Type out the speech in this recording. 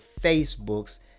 Facebook's